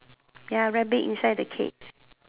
ya rabbit inside the cage